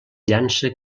llança